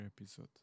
episode